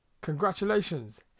congratulations